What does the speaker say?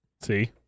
See